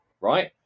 right